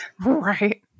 right